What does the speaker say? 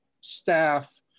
staff